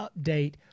update